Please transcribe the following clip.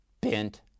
bent